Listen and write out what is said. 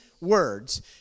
words